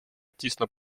тісно